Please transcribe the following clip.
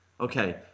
Okay